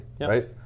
right